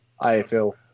AFL